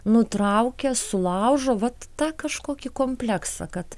nutraukia sulaužo vat tą kažkokį kompleksą kad